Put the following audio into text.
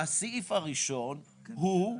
בסעיף הראשון, היא: